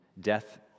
death